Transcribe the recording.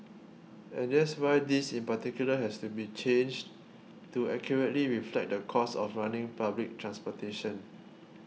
and that's why this in particular has to be changed to accurately reflect the cost of running public transportation